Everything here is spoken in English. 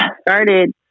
started